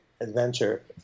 adventure